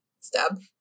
stab